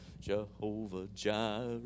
Jehovah-Jireh